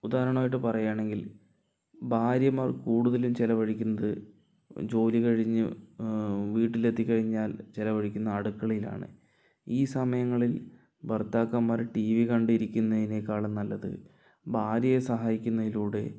ഉദാഹരണായിട്ട് പറയാണെങ്കിൽ ഭാര്യമാർ കൂടുതലും ചെലവഴിക്കുന്നത് ജോലി കഴിഞ്ഞ് വീട്ടിലെത്തി കഴിഞ്ഞാൽ ചെലവഴിക്കുന്നത് അടുക്കളയിലാണ് ഈ സമയങ്ങളിൽ ഭർത്താക്കന്മാർ ടി വി കണ്ടിരിക്കുന്നതിനേക്കാളും നല്ലത് ഭാര്യയെ സഹായിക്കുന്നതിലൂടെ